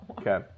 Okay